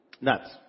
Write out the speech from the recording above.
Nuts